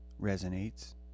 resonates